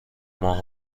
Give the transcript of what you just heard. ماه